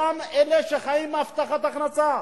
אותם אלה שחיים תחת הבטחת הכנסה,